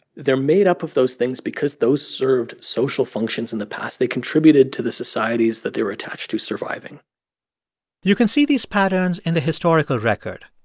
they're made up of those things because those served social functions in the past. they contributed contributed to the societies that they were attached to surviving you can see these patterns in the historical record.